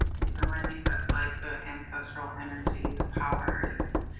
you know, i think that's like the ancestral energies. powers.